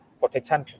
protection